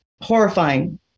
horrifying